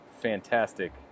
fantastic